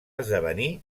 esdevenir